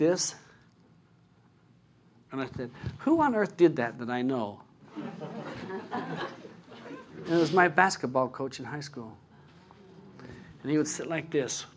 this and i think who on earth did that and i know it was my basketball coach in high school and he would sit like this